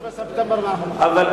אבל,